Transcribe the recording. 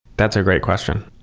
that's a great question.